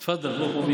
תפדל, בוא.